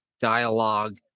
dialogue